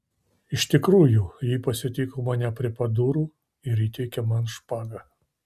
iš tikrųjų ji pasitiko mane prie pat durų ir įteikė man špagą